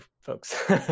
folks